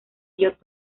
ellos